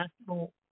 National